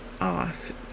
off